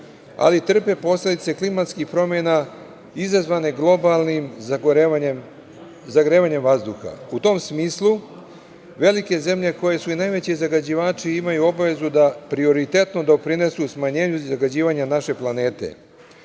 ali trpe posledice klimatskih promena izazvane globalnim zagrevanjem vazduha. U tom smislu, velike zemlje koje su veliki zagađivači imaju obavezu da prioritetno doprinesu smanjenju zagađivanja naše planete.